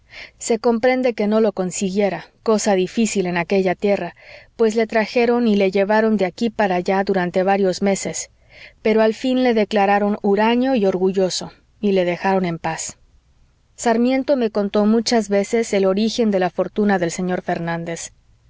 se comprende que no lo consiguiera cosa difícil en aquella tierra pues le trajeron y le llevaron de aquí para allá durante varios meses pero al fin le declararon huraño y orgulloso y le dejaron en paz sarmiento me contó muchas veces el origen de la fortuna del señor fernández